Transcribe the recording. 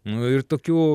nu ir tokių